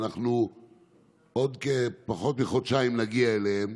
אנחנו עוד פחות מחודשיים נגיע אליהם,